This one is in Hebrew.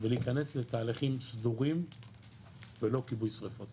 ולהיכנס לתהליכים סדורים ולא כיבוי שריפות